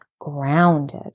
grounded